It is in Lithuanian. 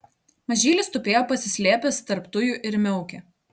mažylis tupėjo pasislėpęs tarp tujų ir miaukė